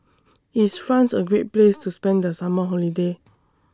IS France A Great Place to spend The Summer Holiday